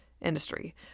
industry